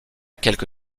quelque